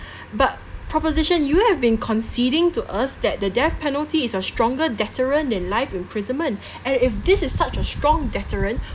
but proposition you have been conceding to us that the death penalty is a stronger deterrent than life imprisonment and if this is such a strong deterrent